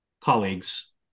colleagues